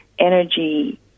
energy